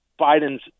biden's